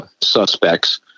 suspects